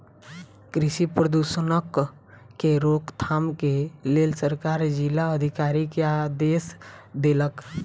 कृषि प्रदूषणक के रोकथाम के लेल सरकार जिला अधिकारी के आदेश देलक